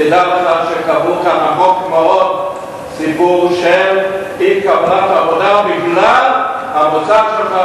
תדע לך שקבור כאן עמוק מאוד סיפור של אי-קבלת עבודה בגלל המוצא שלך,